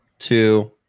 Two